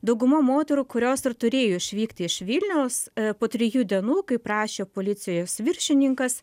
dauguma moterų kurios ir turėjo išvykti iš vilniaus po trijų dienų kaip rašė policijos viršininkas